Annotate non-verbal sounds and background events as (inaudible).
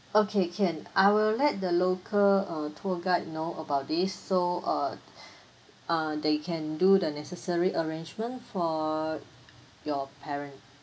okay can I will let the local uh tour guide know about this so uh (breath) uh they can do the necessary arrangement for your parent